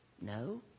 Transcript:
No